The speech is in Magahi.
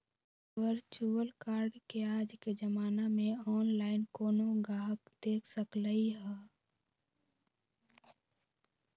वर्चुअल कार्ड के आज के जमाना में ऑनलाइन कोनो गाहक देख सकलई ह